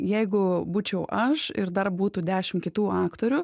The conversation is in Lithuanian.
jeigu būčiau aš ir dar būtų dešim kitų aktorių